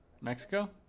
Mexico